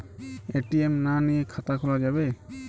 ATM না নিয়ে খাতা খোলা যাবে?